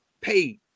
pay